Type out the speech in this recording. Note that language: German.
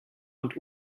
und